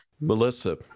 Melissa